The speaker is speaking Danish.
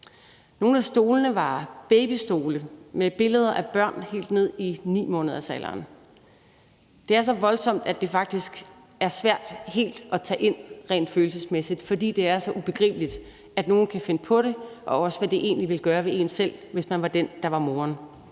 Nogle af stolene var babystole med billeder af børn helt ned i 9-månedersalderen. Det er så voldsomt, at det faktisk er svært helt at tage ind rent følelsesmæssigt, fordi det er så ubegribeligt, at nogle kan finde på det, og også, hvad det egentlig ville gøre ved en selv, hvis man var den, der var moren.